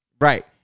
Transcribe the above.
Right